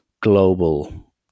global